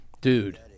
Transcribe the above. Dude